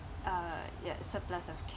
uh ya surplus of